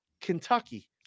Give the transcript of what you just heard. Kentucky